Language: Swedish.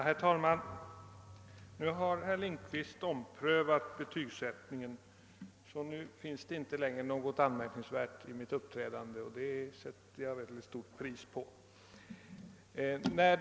Herr talman! Herr Lindkvist har nu omprövat sin betygsättning, och det finns inte längre något anmärkningsvärt i mitt uppträdande. Jag sätter stort pris på detta.